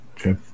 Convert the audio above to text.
Okay